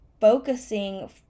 focusing